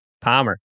Palmer